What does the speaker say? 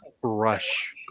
brush